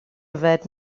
yfed